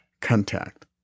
contact